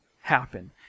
happen